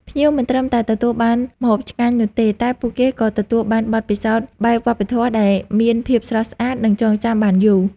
ភ្ញៀវមិនត្រឹមតែទទួលបានម្ហូបឆ្ងាញ់នោះទេ តែពួកគេក៏ទទួលបានបទពិសោធន៍បែបវប្បធម៌ដែលមានភាពស្រស់ស្អាត និងចងចាំបានយូរ។